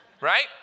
right